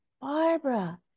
Barbara